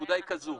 הנקודה היא כזו,